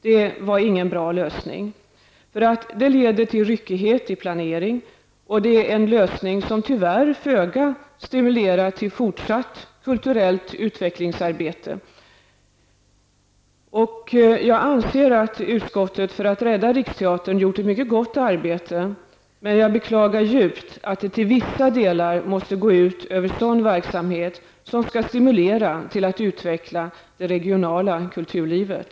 Det var ingen bra lösning. Det leder till ryckighet i planeringen, och det är en lösning som tyvärr föga stimulerar till fortsatt kulturellt utvecklingsarbete. Jag anser att utskottet för att rädda Riksteatern gjort ett mycket gott arbete, men jag beklagar djupt att det till vissa delar måste gå ut över sådan verksamhet som skall stimulera till utveckling av det regionala kulturlivet.